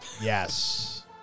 Yes